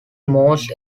most